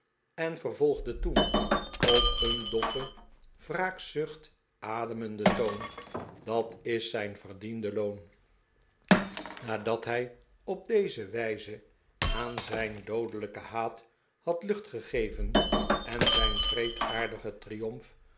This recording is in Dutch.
en vervolgde toen op een doffen wraakzucht ademenden toon dat is zijn verdiende loon nadat hij op deze wijze aan zijn doodelijken haat had lucht gegeven en zijn wreedaardigen triom'f